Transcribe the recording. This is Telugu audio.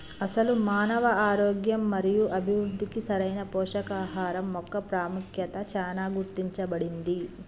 అసలు మానవ ఆరోగ్యం మరియు అభివృద్ధికి సరైన పోషకాహరం మొక్క పాముఖ్యత చానా గుర్తించబడింది